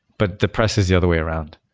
but the press is the other way around.